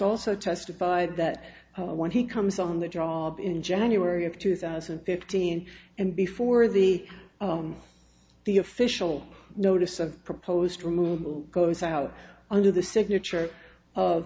also testified that when he comes on the job in january of two thousand and fifteen and before the the official notice of proposed removal goes out under the signature